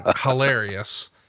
hilarious